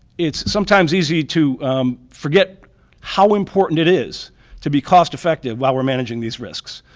it's sometimes easy to forget how important it is to be cost effective while we're managing these risks.